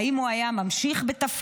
האם הוא היה ממשיך בתפקידו?